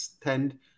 tend